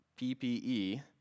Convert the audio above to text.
PPE